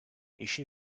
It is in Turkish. eşi